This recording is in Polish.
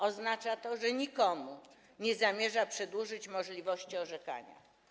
Oznacza to, że nikomu nie zamierza przedłużyć możliwości orzekania.